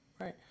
Right